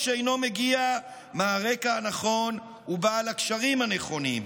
שאינו מגיע מהרקע הנכון ובעל הקשרים הנכונים.